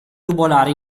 tubolare